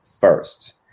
first